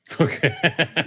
Okay